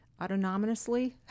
autonomously